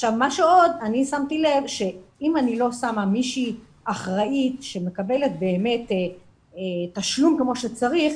עוד שמתי לב שאם אני לא שמה מישהי אחראית שמקבלת תשלום כמו שצריך,